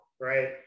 right